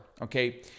okay